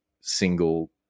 single